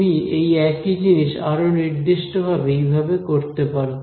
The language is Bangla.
তুমি এই একই জিনিস আরো নির্দিষ্টভাবে এইভাবে করতে পারো